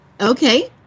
Okay